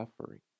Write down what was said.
suffering